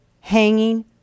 hanging